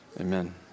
Amen